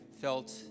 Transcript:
felt